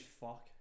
fuck